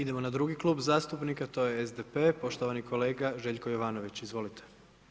Idemo na drugi Klub zastupnika, to je SDP-a to je poštovani kolega Željko Jovanović, izvolite.